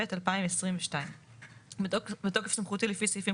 התשפ"ב-2022 בתוקף סמכותי לפי סעיפים